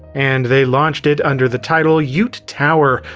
and they launched it under the title yoot tower,